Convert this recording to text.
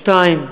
שניים,